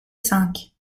cinq